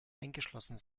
eingeschlossen